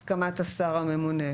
אפשר גם לכתוב שזה בהסכמת השר הממונה,